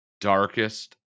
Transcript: darkest